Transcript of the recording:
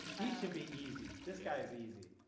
he should be easy. this guy is easy.